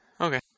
Okay